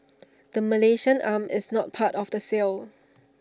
the Malaysian arm is not part of the sale